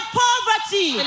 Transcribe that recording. poverty